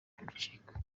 bicika